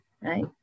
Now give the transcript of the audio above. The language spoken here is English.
right